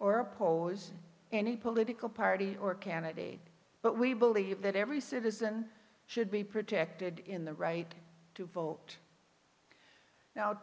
or oppose any political party or candidate but we believe that every citizen should be protected in the right to vote now